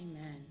Amen